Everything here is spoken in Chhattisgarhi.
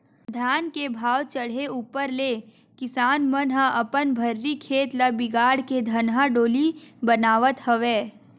धान के भाव चड़हे ऊपर ले किसान मन ह अपन भर्री खेत ल बिगाड़ के धनहा डोली बनावत हवय